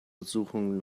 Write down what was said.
untersuchungen